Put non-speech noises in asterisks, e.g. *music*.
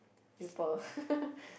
pupil *laughs*